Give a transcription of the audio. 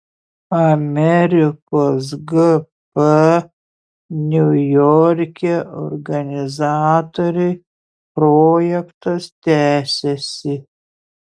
amerikos gp niujorke organizatoriai projektas tęsiasi